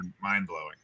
mind-blowing